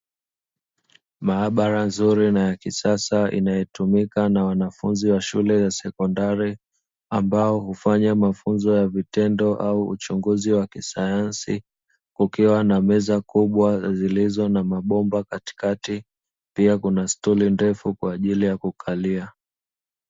Maabara nzuri na ya kisasa inayotumika na wanafunzi wa shule ya sekondari, ambao hufanza mafunzo ya vitendo au uchunguzi wa kisayansi, kukiwa na meza kubwa zilizo na mabomba katikati. Pia, kuna stuli ndefu kwa ajili ya kukalia.